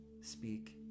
speak